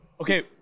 okay